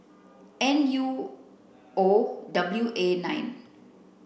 N U O W A nine